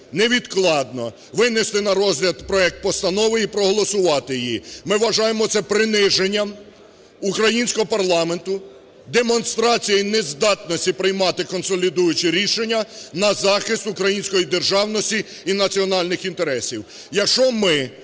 невідкладно винести на розгляд проект постанови і проголосувати її. Ми вважаємо, це приниженням українського парламенту, демонстрацією нездатності приймати консолідуючі рішення на захист української державності і національних інтересів.